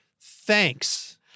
thanks